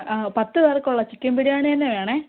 ആ പത്ത് പേർക്കുള്ള ചിക്കൻ ബിരിയാണി തന്നെ വേണം